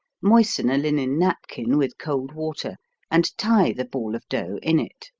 moisten a linen napkin with cold water and tie the ball of dough in it.